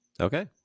Okay